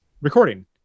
recording